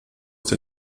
der